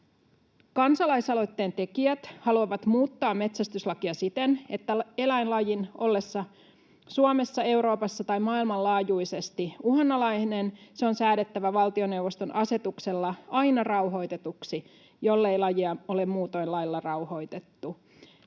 Kansalaisaloitteen tekijät haluavat muuttaa metsästyslakia siten, että eläinlajin ollessa Suomessa, Euroopassa tai maailmanlaajuisesti uhanalainen se on säädettävä valtioneuvoston asetuksella aina rauhoitetuksi, jollei lajia ole muutoin lailla rauhoitettu.